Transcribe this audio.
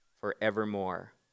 forevermore